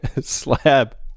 slab